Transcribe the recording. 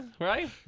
right